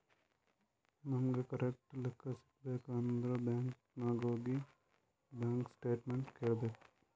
ನಮುಗ್ ಕರೆಕ್ಟ್ ಲೆಕ್ಕಾ ಸಿಗಬೇಕ್ ಅಂದುರ್ ಬ್ಯಾಂಕ್ ನಾಗ್ ಹೋಗಿ ಬ್ಯಾಂಕ್ ಸ್ಟೇಟ್ಮೆಂಟ್ ಕೇಳ್ಬೇಕ್